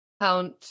Count